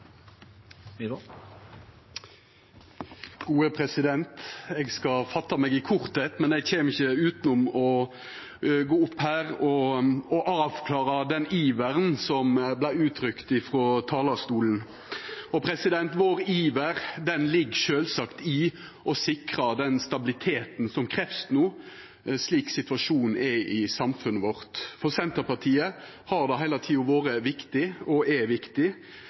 globale helsekrisen. Eg skal fatta meg kort, men eg kjem ikkje utanom å gå opp her og avklara den iveren som vart uttrykt frå talarstolen. Iveren vår ligg sjølvsagt i å sikra den stabiliteten som krevst no, slik situasjonen er i samfunnet vårt. For Senterpartiet har det heile tida vore viktig, og er viktig,